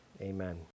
amen